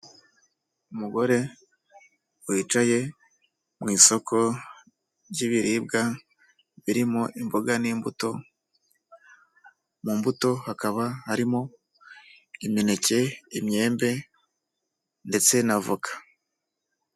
Umugore wicaye mu isoko ry'ibiribwa birimo imboga n'imbuto ,mu mbuto hakaba harimo imineke, imyembe ndetse na voka.